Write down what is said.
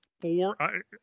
four